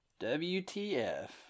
WTF